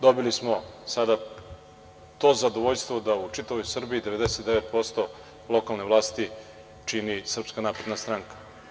Dobili smo sada to zadovoljstvo da u čitavoj Srbiji 99% lokalne vlasti čini Srpska napredna stranka.